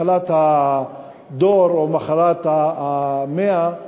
מחלת הדור, או מחלת המאה הנוכחית,